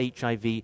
HIV